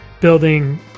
building